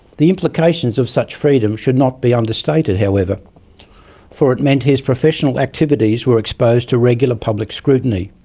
the implications of such freedom should not be understated however for it meant his professional activities were exposed to regular public scrutiny,